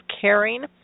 Caring